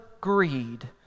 greed